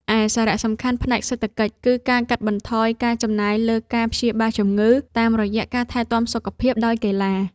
ឯសារៈសំខាន់ផ្នែកសេដ្ឋកិច្ច គឺការកាត់បន្ថយការចំណាយលើការព្យាបាលជំងឺ តាមរយៈការថែទាំសុខភាពដោយកីឡា។